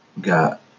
got